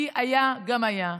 כי היה גם היה.